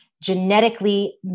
genetically